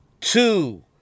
two